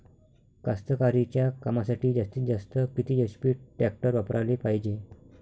कास्तकारीच्या कामासाठी जास्तीत जास्त किती एच.पी टॅक्टर वापराले पायजे?